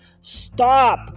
Stop